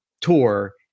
tour